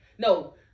No